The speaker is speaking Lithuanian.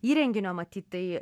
įrenginio matyt tai